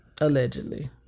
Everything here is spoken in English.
Allegedly